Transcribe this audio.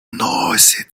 носит